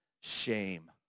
shame